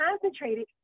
concentrated